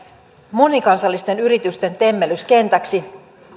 monikansallisten yritysten temmellyskentäksi